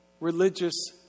religious